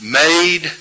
made